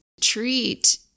treat